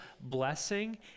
blessing